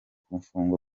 gufungwa